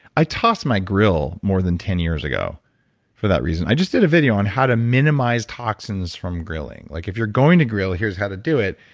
i tossed my grill more than ten years ago for that reason. i just did a video on how to minimize toxins from grilling. like if you're going to grill, here's how to do it.